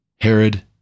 Herod